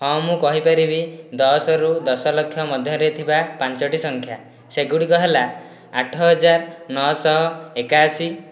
ହଁ ମୁଁ କହିପାରିବି ଦଶରୁ ଦଶଲକ୍ଷ ମଧ୍ୟରେ ଥିବା ପାଞ୍ଚଟି ସଂଖ୍ୟା ସେଗୁଡ଼ିକ ହେଲା ଆଠହଜାର ନଅଶହ ଏକାଅଶି